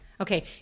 Okay